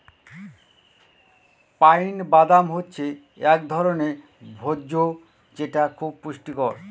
pine বাদাম হচ্ছে এক ধরনের ভোজ্য যেটা খুব পুষ্টিকর